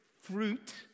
fruit